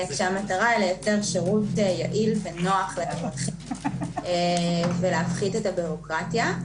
המטרה היא לייצר שירות יעיל ונוח ולהפחית את הבירוקרטיה.